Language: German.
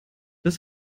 das